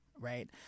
right